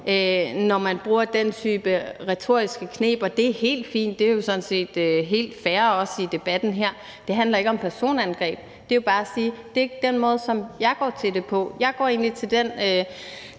når man bruger den type retoriske kneb. Det er helt fint. Det er jo sådan set helt fair også i debatten her. Det handler ikke om personangreb. Det er jo bare at sige, at det ikke er den måde, som jeg går til det på. Jeg går egentlig til den